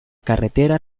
carretera